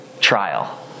trial